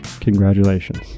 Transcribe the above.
congratulations